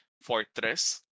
fortress